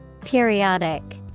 Periodic